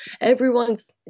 everyone's